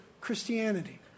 Christianity